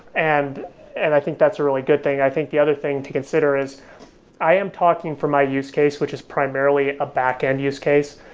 and and i think that's a really good thing. i think the other thing to consider is i am talking for my use case, which is primarily a backend use case.